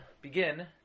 begin